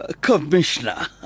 Commissioner